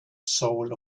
soul